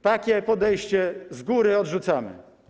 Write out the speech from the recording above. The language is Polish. Takie podejście z góry odrzucamy.